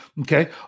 Okay